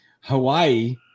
Hawaii